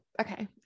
okay